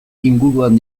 inguruan